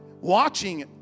watching